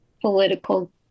political